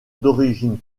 d’origine